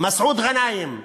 מסעוד גנאים,